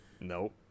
Nope